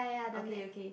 okay okay